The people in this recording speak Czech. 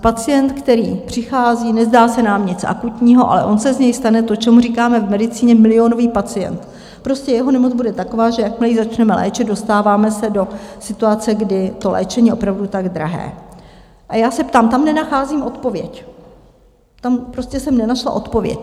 pacient, který přichází, nezdá se nám nic akutního, ale ono se z něj stane to, čemu říkáme v medicíně milionový pacient, prostě jeho nemoc bude taková, že jakmile ji začneme léčit, dostáváme se do situace, kdy to léčení je opravdu tak drahé a já se ptám, tam nenacházím odpověď, tam prostě jsem nenašla odpověď.